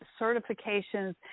certifications